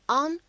on